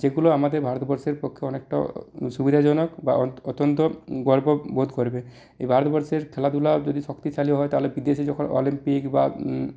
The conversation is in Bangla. যেগুলো আমাদের ভারতবর্ষের পক্ষে অনেকটা সুবিধাজনক বা অত্যন্ত গর্ব বোধ করবে এই ভারতবর্ষের খেলাধুলা যদি শক্তিশালী হয় তাহলে বিদেশে যখন অলিম্পিক বা